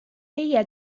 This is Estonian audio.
teie